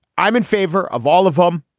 i'm in favor of all of them.